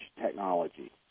technology